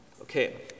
Okay